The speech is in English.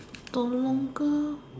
no longer